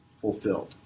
fulfilled